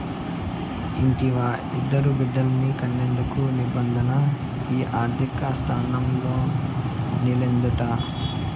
ఇంటివా, ఇద్దరు బిడ్డల్ని కనేందుకు నిబంధన ఈ ఆర్థిక శాస్త్రంలోనిదేనంట